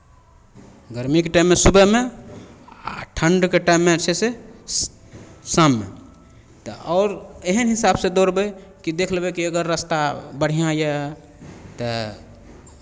गरमीके टाइममे सुबहमे आ ठण्ढके टाइममे जे छै से शाममे तऽ आओर एहन हिसाबसँ दौड़बै कि देखि लेबै कि अगर रास्ता बढ़िआँ यए तऽ